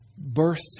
birth